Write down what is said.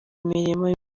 imirimo